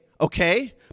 okay